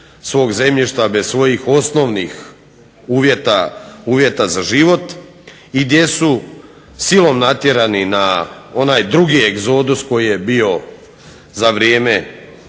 svog zemljišta, bez svojih osnovnih uvjeta za život i gdje su silom natjerani na onaj drugi egzodus koji je bio za vrijeme